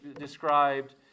described